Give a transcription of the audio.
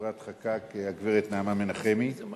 לאפרת חקאק, לגברת נעמה מנחמי, על